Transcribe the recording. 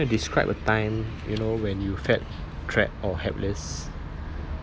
you wanna describe a time you know when you felt trapped or helpless